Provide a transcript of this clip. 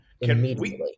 immediately